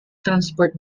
transport